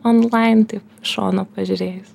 online tai iš šono pažiūrėjus